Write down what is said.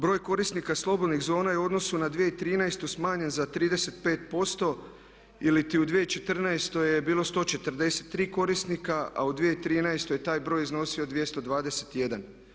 Broj korisnika slobodnih zona je u odnosu na 2013. smanjen za 35% ili u 2014. je bilo 143 korisnika, a u 2013. je taj broj iznosio 221.